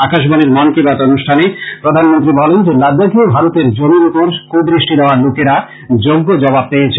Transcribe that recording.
আকাশবাণীর মন কী বাত অনুষ্ঠানে প্রধানমন্ত্রী বলেন যে লাদাখে ভারতের জমির উপর কুদৃষ্টি দেওয়া লোকের যোগ্য জবাব পেয়েছে